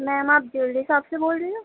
میم آپ jewellery shop سے بول رہی ہو